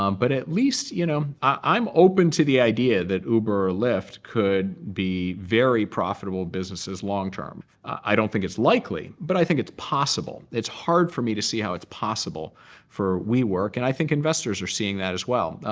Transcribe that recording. um but, at least, you know i'm open to the idea that uber or lyft could be very profitable businesses long-term. i don't think it's likely, but i think it's possible. it's hard for me to see how it's possible for wework. and i think investors are seeing that as well.